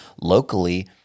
locally